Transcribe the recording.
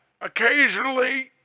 Occasionally